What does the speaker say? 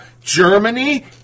Germany